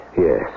Yes